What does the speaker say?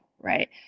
right